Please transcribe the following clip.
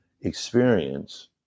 experience